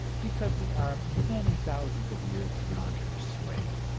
because we are many thousands of years beyond her sway.